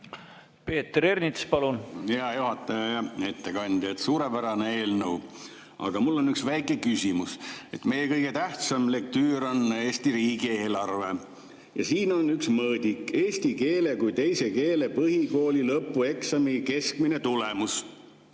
Peeter Ernits, palun! Hea juhataja! Hea ettekandja! Suurepärane eelnõu, aga mul on üks väike küsimus. Meie kõige tähtsam lektüür on Eesti riigi eelarve ja siin on üks mõõdik, eesti keele kui teise keele põhikooli lõpueksami keskmine tulemus.